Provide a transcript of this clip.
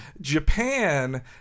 Japan